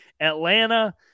Atlanta